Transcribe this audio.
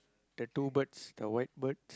the two birds the white birds